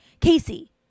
Casey